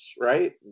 right